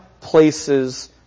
places